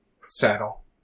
saddle